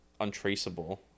untraceable